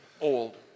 old